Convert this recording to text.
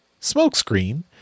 smokescreen